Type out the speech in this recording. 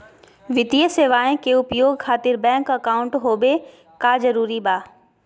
वित्तीय सेवाएं के उपयोग खातिर बैंक अकाउंट होबे का जरूरी बा?